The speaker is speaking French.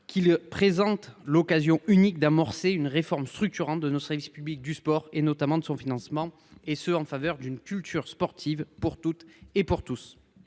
Voilà une occasion unique d’amorcer une réforme structurante de notre service public du sport, et notamment de son financement, en faveur d’une culture sportive pour toutes et pour tous.